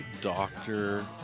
doctor